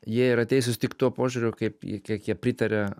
jie yra teisūs tik tuo požiūriu kaip jie kiek jie pritaria